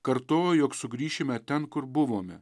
kartojo jog sugrįšime ten kur buvome